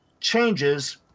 changes